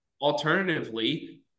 alternatively